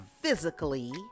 physically